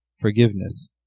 forgiveness